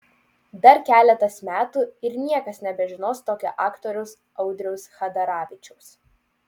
dar keletas metų ir niekas nebežinos tokio aktoriaus audriaus chadaravičiaus